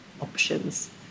options